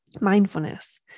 mindfulness